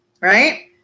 right